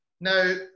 Now